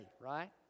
right